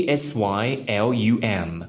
Asylum